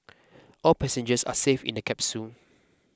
all passengers are safe in the capsule